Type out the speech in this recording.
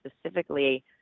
specifically